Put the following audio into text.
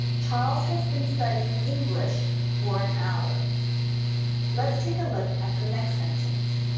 charles has been studying english for an hour let's take a look at the next sentence.